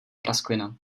prasklina